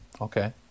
Okay